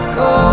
go